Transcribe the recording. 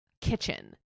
kitchen